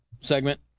segment